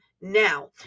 now